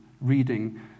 reading